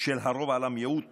של הרוב על המיעוט